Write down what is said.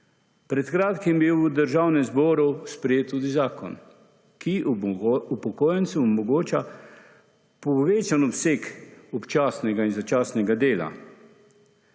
Pred kratkim je bil v Državnem zboru sprejet tudi zakon, ki upokojencem omogoča povečan obseg občasnega in začasnega dela.